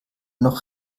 noch